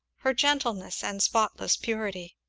her gentleness, and spotless purity.